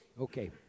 Okay